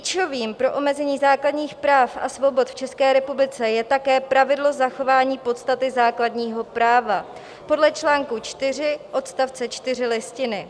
Klíčovým pro omezení základních práv a svobod v České republice je také pravidlo zachování podstaty základního práva podle čl. 4 odst. 4 Listiny.